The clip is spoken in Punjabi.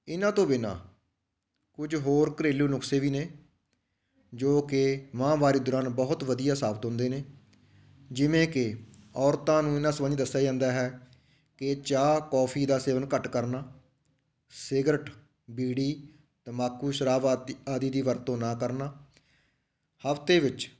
ਇਹਨਾਂ ਤੋਂ ਬਿਨਾ ਕੁਝ ਹੋਰ ਘਰੇਲੂ ਨੁਸਖੇ ਵੀ ਨੇ ਜੋ ਕਿ ਮਾਹਵਾਰੀ ਦੌਰਾਨ ਬਹੁਤ ਵਧੀਆ ਸਾਬਤ ਹੁੰਦੇ ਨੇ ਜਿਵੇਂ ਕਿ ਔਰਤਾਂ ਨੂੰ ਇਹਨਾਂ ਸੰਬੰਧੀ ਦੱਸਿਆ ਜਾਂਦਾ ਹੈ ਕਿ ਚਾਹ ਕੌਫੀ ਦਾ ਸੇਵਨ ਘੱਟ ਕਰਨਾ ਸਿਗਰਟ ਬੀੜੀ ਤੰਬਾਕੂ ਸ਼ਰਾਬ ਆਤੀ ਆਦੀ ਦੀ ਵਰਤੋਂ ਨਾ ਕਰਨਾ ਹਫਤੇ ਵਿੱਚ